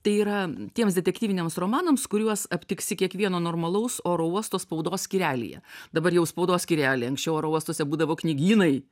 tai yra tiems detektyvinias romanams kuriuos aptiksi kiekvieno normalaus oro uosto spaudos skyrelyje dabar jau spaudos skyreliai anksčiau oro uostuose būdavo knygynai